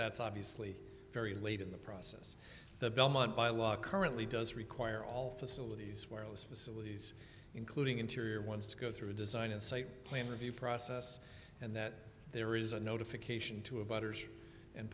that's obviously very late in the process the belmont bylaw currently does require all facilities where a lease facilities including interior ones to go through a design and site plan review process and that there is a notification to a butter